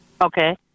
Okay